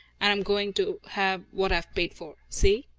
and i'm going to have what i've paid for. see?